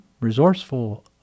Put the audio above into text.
resourceful